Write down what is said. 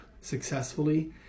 successfully